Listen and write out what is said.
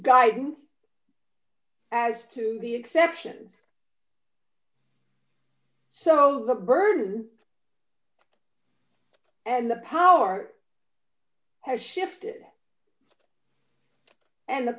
guidance as to the exceptions so the burden and the power has shifted and the